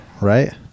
right